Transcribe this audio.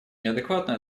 неадекватно